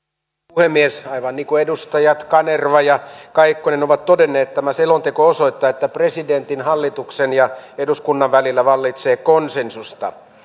puhemies aivan niin kuin edustajat kanerva ja kaikkonen ovat todenneet tämä selonteko osoittaa että presidentin hallituksen ja eduskunnan välillä vallitsee konsensus